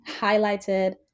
highlighted